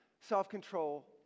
self-control